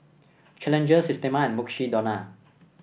Challenger Systema and Mukshidonna